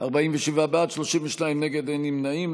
47 בעד, 32 נגד, אין נמנעים.